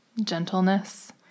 gentleness